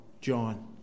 john